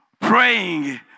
Praying